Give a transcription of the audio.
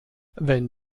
wenn